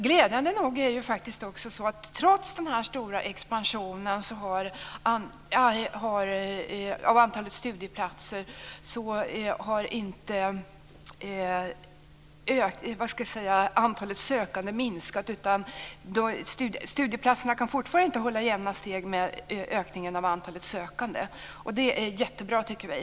Glädjande nog är det ju så att trots den stora expansionen av antalet studieplatser har antalet sökande inte minskat. Antalet studieplatser kan fortfarande inte hålla jämna steg med ökningen av antalet sökande. Och det är jättebra, tycker vi.